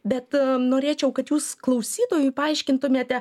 bet norėčiau kad jūs klausytojui paaiškintumėte